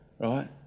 right